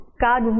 God